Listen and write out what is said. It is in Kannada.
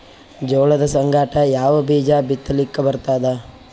ಜೋಳದ ಸಂಗಾಟ ಯಾವ ಬೀಜಾ ಬಿತಲಿಕ್ಕ ಬರ್ತಾದ?